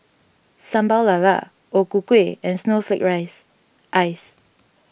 Sambal Lala O Ku Kueh and Snowflake Rice Ice